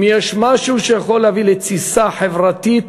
שאם יש משהו שיכול להביא לתסיסה חברתית